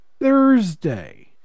Thursday